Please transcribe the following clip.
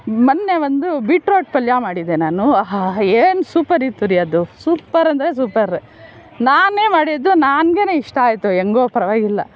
ಮೊನ್ನೆ ಒಂದು ಬೀಟ್ರೋಟ್ ಪಲ್ಯ ಮಾಡಿದ್ದೆ ನಾನು ಆಹಾ ಏನು ಸೂಪರಿತ್ತು ರೀ ಅದು ಸೂಪರ್ ಅಂದರೆ ಸೂಪರ್ ನಾನೇ ಮಾಡಿದ್ದು ನನಗೇನೆ ಇಷ್ಟ ಆಯಿತು ಹೇಗೋ ಪರವಾಗಿಲ್ಲ